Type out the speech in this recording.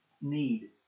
need